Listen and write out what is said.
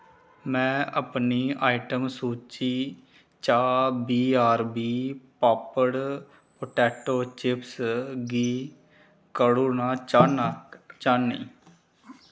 में अपनी आइटम सूची चा B R B popped potato chips गी कड्ढना चाह्न्नां चाह्न्नीं